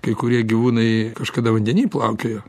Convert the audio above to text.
kai kurie gyvūnai kažkada vandeny plaukiojo